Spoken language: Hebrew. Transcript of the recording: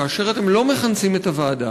כאשר אתם לא מכנסים את הוועדה,